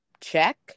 Check